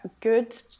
good